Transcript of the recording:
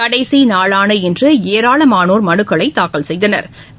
கடைசி நாளான இன்று ஏராளமானோர் மனுக்களை தாக்கல் செய்தனா்